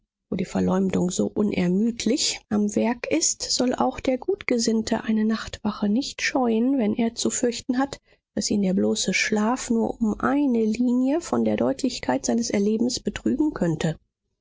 wo die verleumdung so unermüdlich am werk ist soll auch der gutgesinnte eine nachtwache nicht scheuen wenn er zu fürchten hat daß ihn der bloße schlaf nur um eine linie von der deutlichkeit seines erlebens betrügen könnte